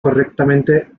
correctamente